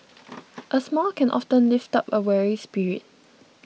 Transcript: a smile can often lift up a weary spirit